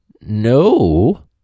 no